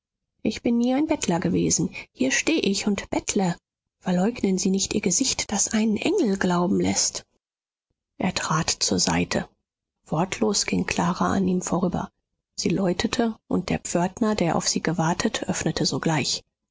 ich bin nie ein bettler gewesen hier steh ich und bettle verleugnen sie nicht ihr gesicht das einen engel glauben läßt er trat zur seite wortlos ging clara an ihm vorüber sie läutete und der pförtner der auf sie gewartet öffnete sogleich